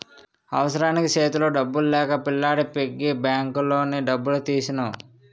అవసరానికి సేతిలో డబ్బులు లేక పిల్లాడి పిగ్గీ బ్యాంకులోని డబ్బులు తీసెను